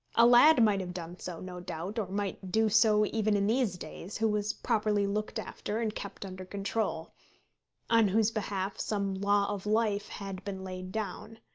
a lad might have done so, no doubt, or might do so even in these days, who was properly looked after and kept under control on whose behalf some law of life had been laid down.